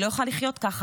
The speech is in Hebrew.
היא לא יכולה לחיות ככה,